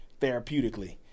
therapeutically